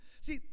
See